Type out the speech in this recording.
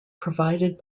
provided